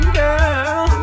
girl